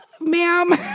ma'am